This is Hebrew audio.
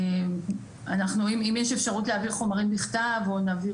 אם יש אפשרות להעביר חומרים בכתב או שנעביר